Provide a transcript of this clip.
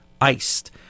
iced